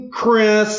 Chris